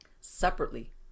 separately